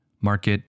market